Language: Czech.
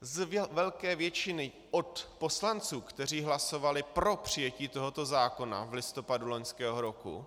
Z velké většiny od poslanců, kteří hlasovali pro přijetí tohoto zákona v listopadu loňského roku.